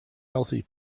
healthy